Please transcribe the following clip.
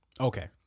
Okay